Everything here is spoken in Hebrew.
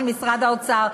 של משרד האוצר,